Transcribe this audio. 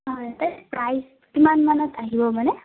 হয় তে প্ৰাইজ কিমান মানত আহিব মানে